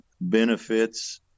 benefits